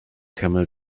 camel